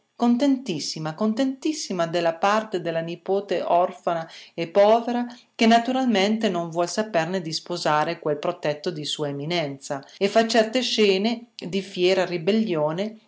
contentissima contentissima della parte della nipote orfana e povera che naturalmente non vuol saperne di sposare quel protetto di sua eminenza e fa certe scene di fiera ribellione